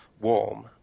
warm